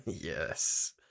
Yes